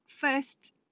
first